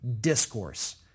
discourse